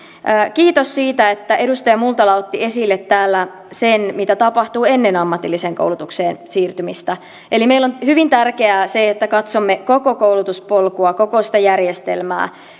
kiitos siitä että edustaja multala otti esille täällä sen mitä tapahtuu ennen ammatilliseen koulutukseen siirtymistä eli meille on hyvin tärkeää se että katsomme koko koulutuspolkua koko sitä järjestelmää